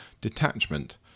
detachment